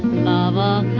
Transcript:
lover